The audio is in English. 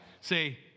Say